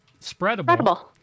spreadable